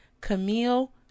Camille